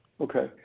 Okay